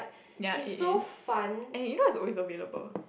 ya it is and you know it is always available